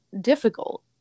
difficult